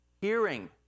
hearing